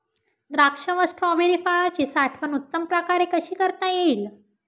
द्राक्ष व स्ट्रॉबेरी फळाची साठवण उत्तम प्रकारे कशी करता येईल?